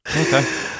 Okay